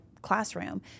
Classroom